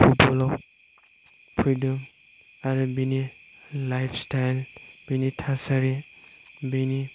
फुटबलाव फैदों आरो बिनि लाइफ स्टाइल बिनि थासारि बिनि